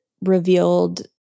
revealed